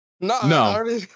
no